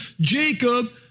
Jacob